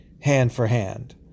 hand-for-hand